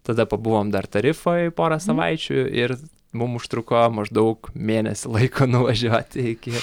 tada pabuvom dar tarifoj porą savaičių ir mum užtruko maždaug mėnesį laiko nuvažiuoti iki